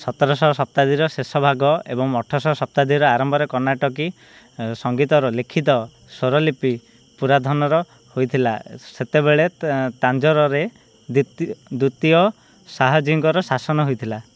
ସତରଶହ ଶତାବ୍ଦୀର ଶେଷଭାଗ ଏବଂ ଅଠରଶହ ଶତାବ୍ଦୀର ପ୍ରାରମ୍ଭରେ କର୍ଣ୍ଣାଟକୀ ସଙ୍ଗୀତର ଲିଖିତ ସ୍ଵରଲିପି ପୁନରୁଦ୍ଧାର ହୋଇଥିଲା ସେତେବେଳେ ତା' ତାଞ୍ଜୋରରେ ଦିତୀ ଦ୍ୱିତୀୟ ଶାହାଜୀଙ୍କ ଶାସନ ଥିଲା